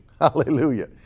Hallelujah